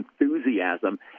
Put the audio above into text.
enthusiasm